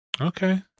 Okay